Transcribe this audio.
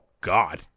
God